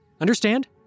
Understand